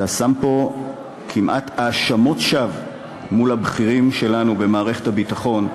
אתה שם פה כמעט האשמות שווא מול הבכירים שלנו במערכת הביטחון,